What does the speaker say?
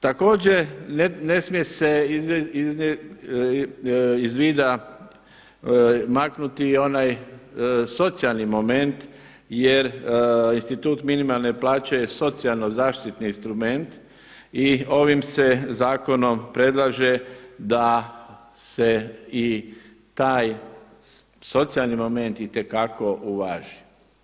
Također ne smije se iz vida maknuti i onaj socijalni moment jer institut minimalne plaće je socijalno zaštitni instrument i ovim se zakonom predlaže da se i taj socijalni moment itekako uvaži.